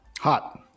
Hot